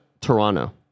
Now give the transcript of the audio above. Toronto